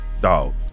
Dog